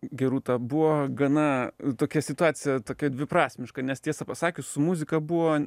gerūta buvo gana tokia situacija tokia dviprasmiška nes tiesą pasakius su muzika buvo